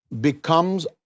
becomes